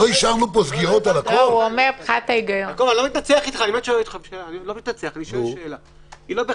אם התוצאה תהיה-